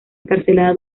encarcelada